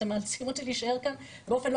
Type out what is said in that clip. אתם מאלצים אותי להישאר כאן באופן לא